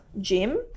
gym